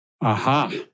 Aha